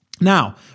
Now